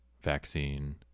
vaccine